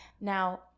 Now